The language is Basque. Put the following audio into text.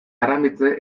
aramitse